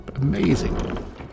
amazing